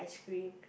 ice cream